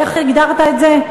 איך הגדרת את זה?